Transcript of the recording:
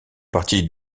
partie